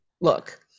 look